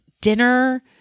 dinner